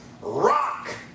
Rock